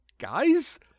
Guys